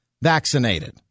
vaccinated